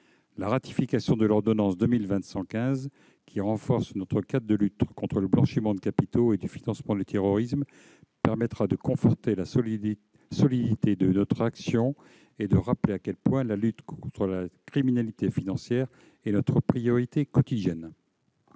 La ratification de l'ordonnance 2020-115, qui renforce notre cadre de lutte contre le blanchiment de capitaux et le financement du terrorisme, permettra de conforter la solidité de notre action et de rappeler à quel point la lutte contre la criminalité financière est notre priorité quotidienne.